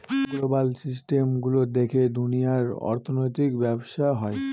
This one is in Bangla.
গ্লোবাল সিস্টেম গুলো দেখে দুনিয়ার অর্থনৈতিক ব্যবসা হয়